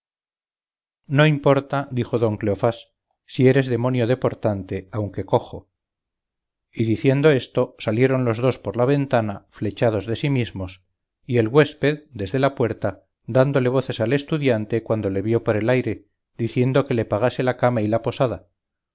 aquí no importa dijo don cleofás si eres demonio de portante aunque cojo y diciendo esto salieron los dos por la ventana flechados de sí mismos y el güésped desde la puerta dándole voces al estudiante cuando le vió por el aire diciendo que le pagase la cama y la posada